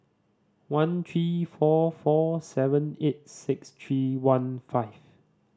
one three four four seven eight six three one five